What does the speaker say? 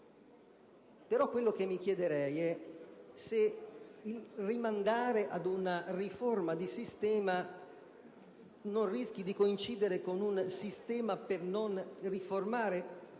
Tuttavia, mi chiedo se rimandare ad una riforma di sistema non rischi di coincidere con un sistema per non riformare,